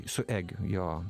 su egiu jo